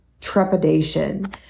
trepidation